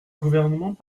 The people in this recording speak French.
gouvernement